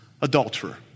adulterer